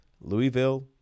Louisville